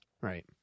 right